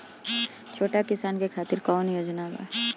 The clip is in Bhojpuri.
छोटा किसान के खातिर कवन योजना बा?